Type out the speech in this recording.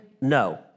No